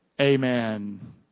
Amen